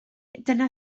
dyna